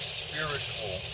spiritual